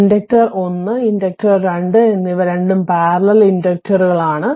inductor 1 inductor 2 എന്നിവ രണ്ടു parallel ഇൻഡക്റ്ററുകൾ ആണ്